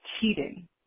cheating